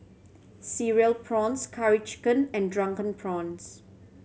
Cereal Prawns Curry Chicken and Drunken Prawns